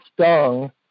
stung